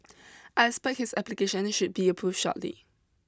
I expect his application should be approved shortly